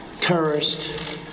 terrorist